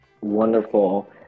wonderful